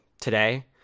today